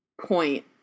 point